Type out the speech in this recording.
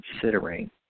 considering